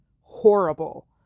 horrible